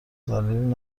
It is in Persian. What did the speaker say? ذلیل